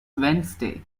wednesday